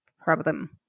problem